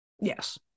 Yes